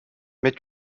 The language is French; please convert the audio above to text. mais